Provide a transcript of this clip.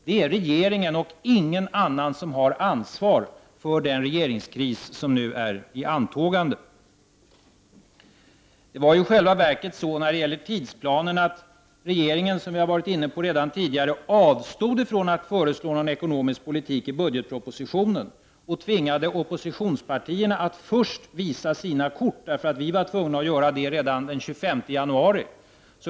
Det är regeringen och ingen annan som har ansvar för den regeringskris som nu är i antågande. När det gäller tidsplanen var det i själva verket på det sättet att regeringen, vilket vi har varit inne på tidigare, avstod från att föreslå någon ekonomisk politik i budgetpropositionen och tvingade oppositionspartierna att först visa sina kort. Oppositionspartierna var tvungna att göra det redan den 25 januari.